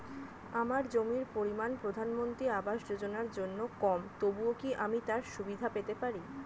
আমার জমির পরিমাণ প্রধানমন্ত্রী আবাস যোজনার জন্য কম তবুও কি আমি তার সুবিধা পেতে পারি?